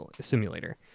simulator